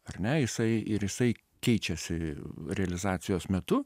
ar ne jisai ir jisai keičiasi realizacijos metu